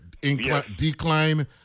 decline